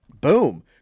Boom